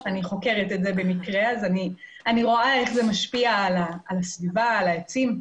אני במקרה חוקרת את זה ואני רואה איך זה משפיע על הסביבה ועל העצים.